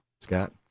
Scott